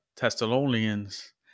Thessalonians